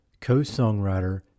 co-songwriter